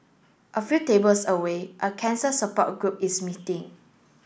a few tables away a cancer support group is meeting